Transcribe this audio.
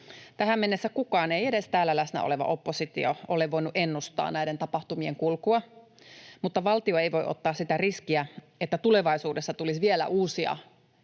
Tähän mennessä ei kukaan, edes täällä läsnä oleva oppositio, ole voinut ennustaa näiden tapahtumien kulkua, mutta valtio ei voi ottaa sitä riskiä, että tulevaisuudessa tulisi vielä uusia